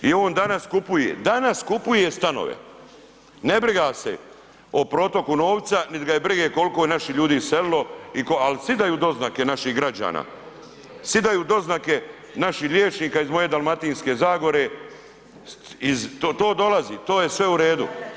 I on danas kupuje, danas kupuje stanove, ne briga ga se o protoku novca niti ga je briga koliko je naših ljudi iselilo ali sjedaju doznake naših građana, sjedaju doznake naših liječnika iz moje Dalmatinske zagore, iz to dolazi, to je sve u redu.